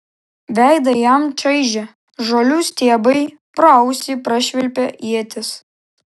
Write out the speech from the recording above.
veidą jam čaižė žolių stiebai pro ausį prašvilpė ietis